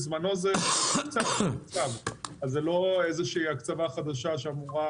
בזמנו --- אז זה לא איזושהי הקצבה חדשה שאמורה